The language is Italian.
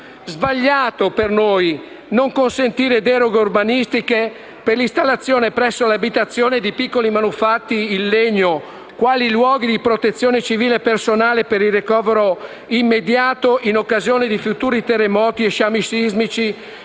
sbagliato non consentire deroghe urbanistiche per l'installazione presso le abitazioni di piccoli manufatti in legno quali luoghi di protezione civile personale per il ricovero immediato in occasione di futuri terremoti e sciami sismici,